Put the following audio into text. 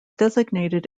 designated